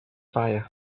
fire